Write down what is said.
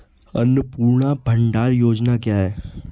अन्नपूर्णा भंडार योजना क्या है?